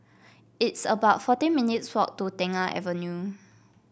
it's about fourteen minutes' walk to Tengah Avenue